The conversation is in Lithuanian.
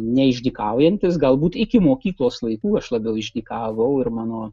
ne išdykaujantis galbūt iki mokyklos laikų aš labiau išdykavau ir mano